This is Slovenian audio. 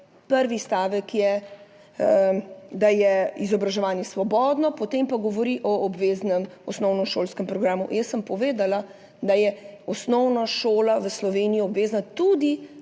Prvi stavek je, da je izobraževanje svobodno, potem pa govori o obveznem osnovnošolskem programu. Jaz sem povedala, da je osnovna šola v Sloveniji obvezna tudi